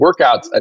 workouts